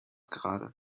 gerade